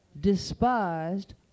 despised